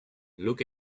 look